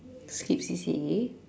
skip C_C_A